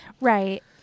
Right